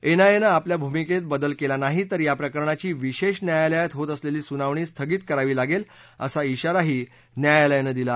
एनआयएनं आपल्या भूमिकेत बदल केला नाही तर या प्रकरणाची विशेष न्यायालयात होत असलेली सुनावणी स्थगित करावी लागेल असा खााराही न्यायालायानं दिला